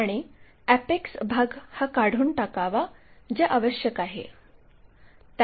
आणि अॅपेक्स भाग हा काढून टाकावा जे आवश्यक आहे